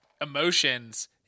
emotions